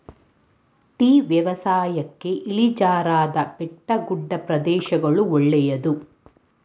tea ವ್ಯವಸಾಯಕ್ಕೆ ಇಳಿಜಾರಾದ ಬೆಟ್ಟಗುಡ್ಡ ಪ್ರದೇಶಗಳು ಒಳ್ಳೆದು